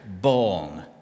Born